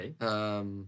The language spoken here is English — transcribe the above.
Okay